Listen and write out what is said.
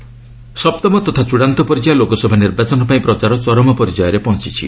campaigning ସପ୍ତମ ତଥା ଚୂଡ଼ାନ୍ତ ପର୍ଯ୍ୟାୟ ଲୋକସଭା ନିର୍ବାଚନ ପାଇଁ ପ୍ରଚାର ଚରମ ପର୍ଯ୍ୟାୟରେ ପହଞ୍ଚିଛି